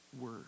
word